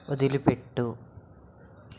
వదిలిపెట్టు